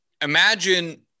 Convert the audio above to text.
imagine